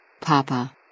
Papa